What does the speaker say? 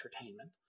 entertainment